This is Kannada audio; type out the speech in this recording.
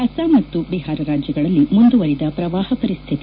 ಅಸ್ಪಾಂ ಮತ್ತು ಬಿಹಾರ ರಾಜ್ಯಗಳಲ್ಲಿ ಮುಂದುವರಿದ ಪ್ರವಾಹ ಪರಿಸ್ಥಿತಿ